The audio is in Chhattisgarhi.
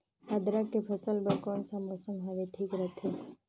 अदरक के फसल बार कोन सा मौसम हवे ठीक रथे?